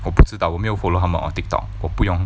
我不知道我没有 follow 他们 on TikTok 我不用